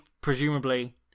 presumably